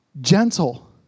gentle